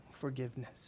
forgiveness